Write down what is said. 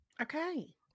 Okay